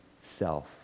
self